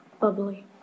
Bubbly